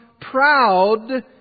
proud